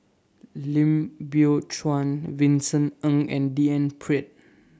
Lim Biow Chuan Vincent Ng and D N Pritt